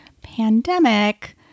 pandemic